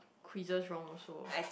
quizzes wrong also